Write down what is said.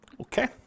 Okay